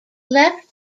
left